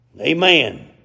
Amen